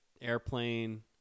Airplane